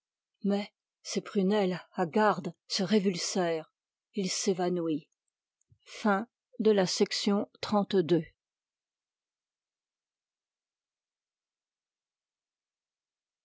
mais ses prunelles hagardes se révulsèrent il s'évanouit